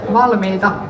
valmiita